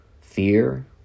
fear